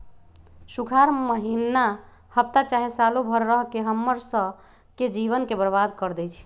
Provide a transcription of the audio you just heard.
सुखार माहिन्ना हफ्ता चाहे सालों भर रहके हम्मर स के जीवन के बर्बाद कर देई छई